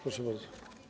Proszę bardzo.